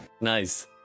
Nice